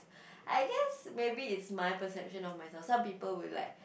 I guess maybe its my perception of myself some people will like